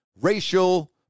racial